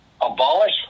abolish